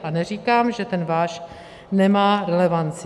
A neříkám, že ten váš nemá relevanci.